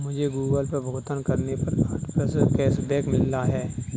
मुझे Google Pay भुगतान करने पर आठ प्रतिशत कैशबैक मिला है